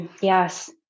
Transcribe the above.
Yes